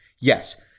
Yes